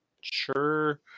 sure